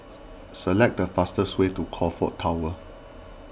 select the fastest way to Crockfords Tower